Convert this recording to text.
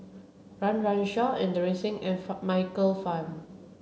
Run Run Shaw Inderjit Singh and Michael Fam